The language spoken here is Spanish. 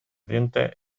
dientes